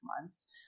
months